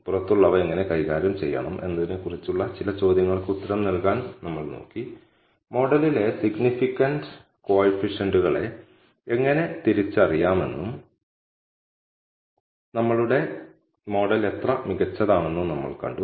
പുറത്തുള്ളവ എങ്ങനെ കൈകാര്യം ചെയ്യണം എന്നതിനെക്കുറിച്ചുള്ള ചില ചോദ്യങ്ങൾക്ക് ഉത്തരം നൽകാൻ നമ്മൾ നോക്കി മോഡലിലെ സിഗ്നിഫിക്കന്റ് കോയിഫിഷ്യന്റ്കളെ എങ്ങനെ തിരിച്ചറിയാമെന്നും നമ്മളുടെ മോഡൽ എത്ര മികച്ചതാണെന്നും നമ്മൾ കണ്ടു